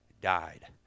died